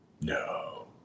no